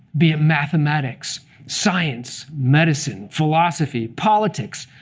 be it mathematics, science, medicine, philosophy, politics,